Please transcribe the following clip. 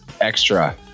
extra